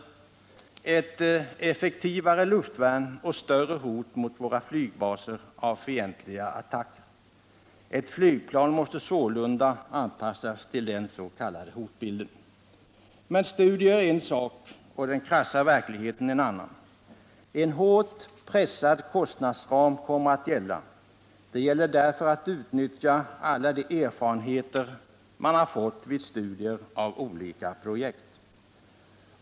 Man kommer att utveckla ett effektivare luftvärn, och hotet av fientliga attacker mot våra flygbaser kommer att bli större. Ett flygplan måste anpassas till denna s.k. hotbild. Men studier är en sak och den krassa verkligheten en annan. Vi kommer att ha en hårt pressad kostnadsram. Det gäller därför att utnyttja alla de erfarenheter man fått vid studier av olika projekt.